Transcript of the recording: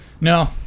No